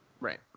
right